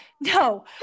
no